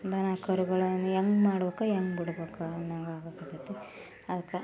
ದನಕರುಗಳನ್ನ ಹೆಂಗ್ಮಾಡ್ಬೇಕು ಹೆಂಗ್ಬಿಡ್ಬೇಕ ಅನ್ನೋಂಗೆ ಆಗಾಕತ್ತೈತಿ ಅದ್ಕೆ